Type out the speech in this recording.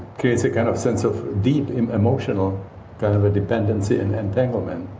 creates a kind of sense of deep emotional kind of a dependency and entanglement.